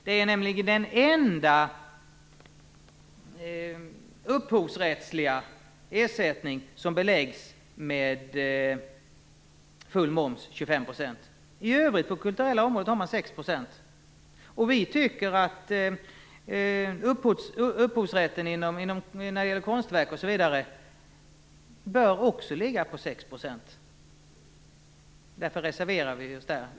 Det är den enda upphovsrättsliga ersättning som beläggs med full moms på 25 %. I övrigt har man på det kulturella området 6 %. Vi tycker att moms på upphovsrätt när det gäller konstverk osv. också bör ligga på 6 %. Därför reserverar vi oss på den punkten.